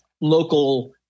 local